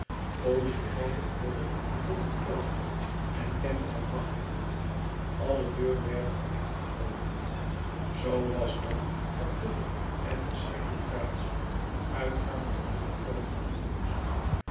fauchelevent behoorde tot het klooster en kende het wachtwoord alle deuren werden voor hem geopend zoo was dan het dubbel en verschrikkelijk raadsel uitgaan en binnenkomen opgelost